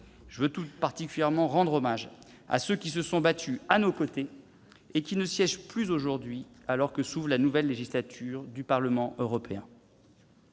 Je rends tout particulièrement hommage à ceux qui se sont battus à nos côtés et qui ne siègent plus aujourd'hui dans cette instance alors que s'ouvre la nouvelle législature du Parlement européen.